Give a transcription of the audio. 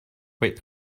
rate